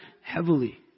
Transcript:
heavily